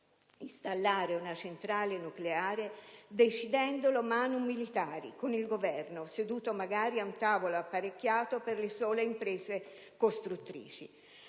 installare una centrale nucleare decidendolo *manu militari* con il Governo, seduto magari ad un tavolo apparecchiato per le sole imprese costruttrici.